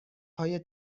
های